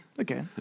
Okay